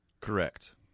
Correct